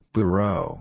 Bureau